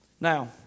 Now